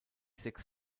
sechs